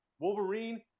Wolverine